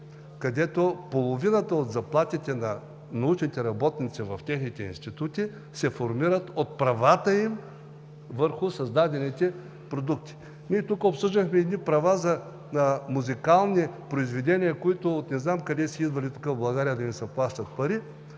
където половината от заплатите на научните работници в техните институти се формира от правата им върху създадените продукти. Ние тук обсъждахме едни права за музикални произведения, които идвали тук, в България, от не знам къде